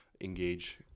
engage